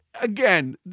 again